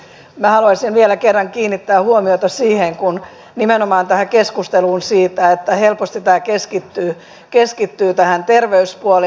minä haluaisin vielä kerran kiinnittää huomiota nimenomaan tähän keskusteluun siitä että helposti tämä keskittyy tähän terveyspuoleen